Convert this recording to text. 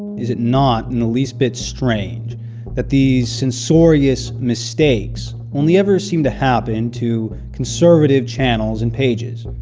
is it not in the least bit strange that these censorious mistakes only ever seem to happen to conservative channels and pages?